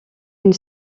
une